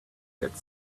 get